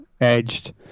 edged